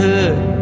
Hood